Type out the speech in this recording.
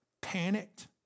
panicked